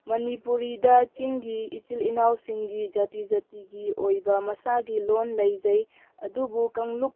ꯃꯅꯤꯄꯨꯔꯤꯗ ꯆꯤꯡꯒꯤ ꯏꯆꯤꯜ ꯏꯅꯥꯎꯁꯤꯡꯒꯤ ꯖꯥꯇꯤ ꯖꯥꯇꯤꯒꯤ ꯑꯣꯏꯕ ꯃꯁꯥꯒꯤ ꯂꯣꯜ ꯂꯩꯖꯩ ꯑꯗꯨꯕꯨ ꯀꯥꯡꯂꯨꯞ